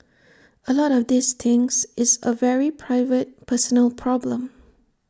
A lot of these things it's A very private personal problem